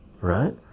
right